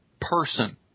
person